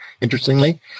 interestingly